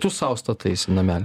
tu sau stataisi namelį